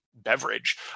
beverage